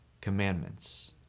commandments